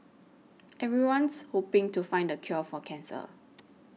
everyone's hoping to find the cure for cancer